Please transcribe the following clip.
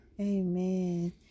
Amen